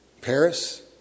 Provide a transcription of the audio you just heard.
Paris